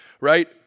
right